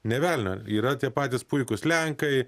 nė velnio yra tie patys puikūs lenkai